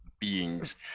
beings